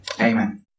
Amen